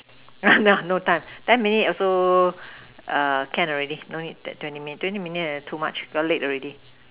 ha no time that means so ah can't ready no need twenty minutes twenty minutes too much early already